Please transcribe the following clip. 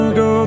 go